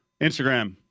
Instagram